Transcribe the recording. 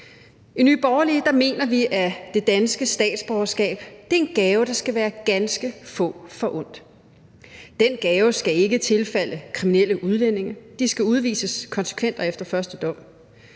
I Nye Borgerlige mener vi, at det danske statsborgerskab er en gave, der skal være ganske få forundt. Den gave skal ikke tilfalde kriminelle udlændinge. De skal udvises konsekvent og efter første dom.